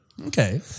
Okay